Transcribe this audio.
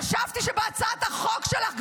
חשבתי שבהצעת החוק שלך,